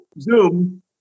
Zoom